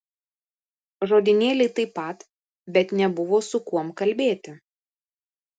žodynėlį taip pat bet nebuvo su kuom kalbėti